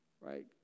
Right